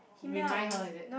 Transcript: remind her is it